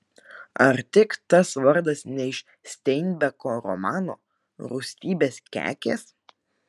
ar tik tas vardas ne iš steinbeko romano rūstybės kekės